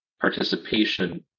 participation